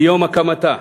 מיום הקמתה,